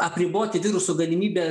apriboti viruso galimybę